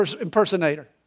impersonator